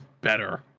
better